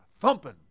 thumping